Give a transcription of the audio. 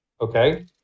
okay